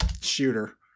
shooter